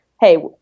Hey